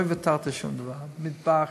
לא ויתרתי על שום דבר: מטבח,